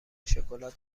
شکلات